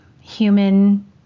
human